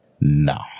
No